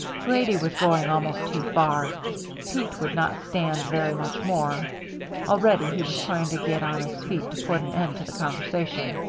grady was going almost too far pete would not stand very much more already he was trying to get on his feet to put an end to the conversation.